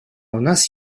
нас